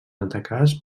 atacades